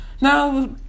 Now